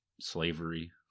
slavery